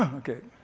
okay.